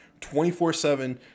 24-7